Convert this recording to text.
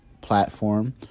platform